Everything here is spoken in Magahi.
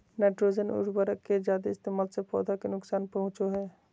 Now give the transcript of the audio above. नाइट्रोजन उर्वरक के जादे इस्तेमाल से पौधा के नुकसान पहुंचो हय